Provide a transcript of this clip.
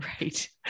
right